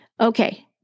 Okay